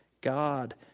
God